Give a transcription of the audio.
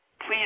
please